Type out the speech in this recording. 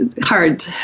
hard